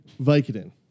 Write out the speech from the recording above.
Vicodin